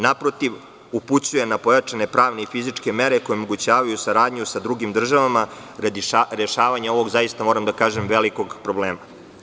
Naprotiv, upućuje na pojačane pravne i fizičke mere koje omogućavaju saradnju sa drugim državama radi rešavanja ovog zaista, moram da kažem, velikog problema.